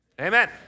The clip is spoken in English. amen